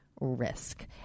risk